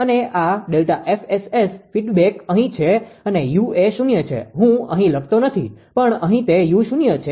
અને આ ΔFSS ફીડબેકfeedbackપ્રતિસાદ અહીં છે અને u એ શૂન્ય છે હું અહીં લખતો નથી પણ અહીં તે u શૂન્ય છે